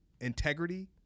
integrity